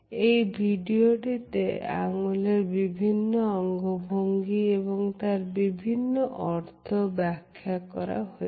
এই ভিডিওটিতে আঙ্গুলের বিভিন্ন অঙ্গ ভঙ্গি এবং তার বিভিন্ন অর্থ ব্যাখ্যা করা হয়েছে